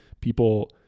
people